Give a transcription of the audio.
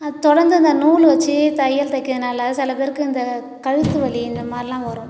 அதை தொடர்ந்து அந்த நூல் வச்சு தையல் தைக்கிறதுனால சில பேருக்கு இந்த கழுத்து வலி இந்த மாதிரிலாம் வரும்